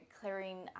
clearing